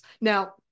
Now